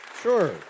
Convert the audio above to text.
Sure